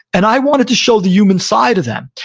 and i wanted to show the human side of them.